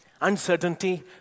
Uncertainty